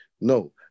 No